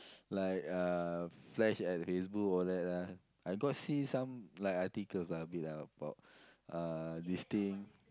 like uh flash at Facebook all that ah I got see some like articles a bit ah about uh this thing